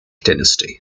dynasty